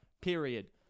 period